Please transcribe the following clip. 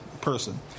person